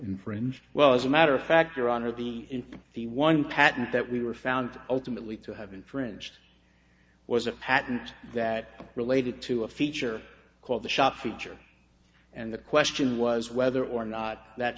infringed well as a matter of fact your honor the in the one patent that we were found ultimately to have infringed was a patent that related to a feature called the shop feature and the question was whether or not that